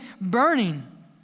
burning